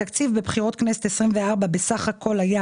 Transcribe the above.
התקציב בבחירות כנסת 24 בסך הכול היה